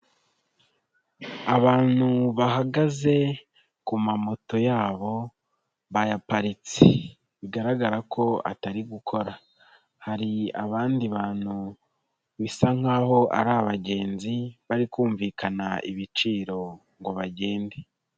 Abantu bahagaze ku ma moto yabo bayaparitse, bigaragara ko batari gukora, hari abandi bantu bisa nk'aho ari abagenzi bari kumvikana ibiciro ngo bagende.